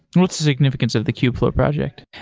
what's the significance of the kubeflow project?